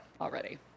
already